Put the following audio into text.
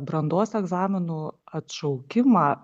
brandos egzaminų atšaukimą